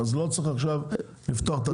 אז לא צריך עכשיו לפתוח את הדיון הזה.